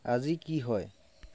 আজি কি হয়